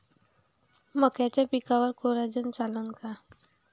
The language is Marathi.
मक्याच्या पिकावर कोराजेन चालन का?